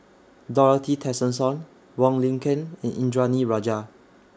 Dorothy Tessensohn Wong Lin Ken and Indranee Rajah